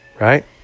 right